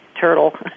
turtle